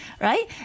right